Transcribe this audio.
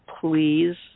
please